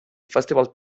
festival